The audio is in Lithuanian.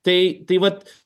tai tai vat